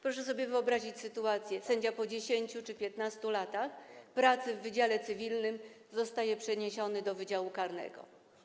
Proszę sobie wyobrazić sytuację, gdy sędzia po 10 czy 15 latach pracy w wydziale cywilnym zostaje przeniesiony do wydziału karnego.